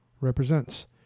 represents